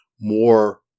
more